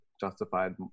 justified